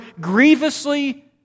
grievously